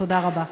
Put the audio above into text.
תודה רבה.